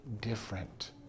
different